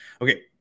Okay